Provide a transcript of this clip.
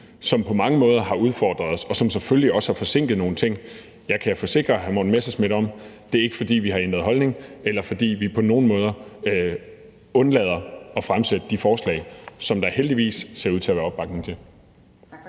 som på mange måder har udfordret os, og som selvfølgelig også har forsinket nogle ting. Jeg kan forsikre hr. Morten Messerschmidt om, at det ikke er, fordi vi har ændret holdning, eller fordi vi på nogen måder undlader at fremsætte de forslag, som der heldigvis ser ud til at være opbakning til.